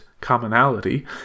commonality